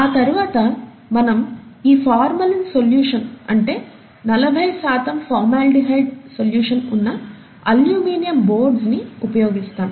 ఆ తరువాత మనం ఈ ఫార్మలిన్ సొల్యూషన్ అంటే నలభై శాతం ఫార్మాల్డిహైడ్ సొల్యూషన్ ఉన్న అల్యూమినియం బోర్డ్స్ని ఉపయోగిస్తాము